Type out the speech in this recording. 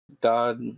God